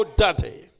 dirty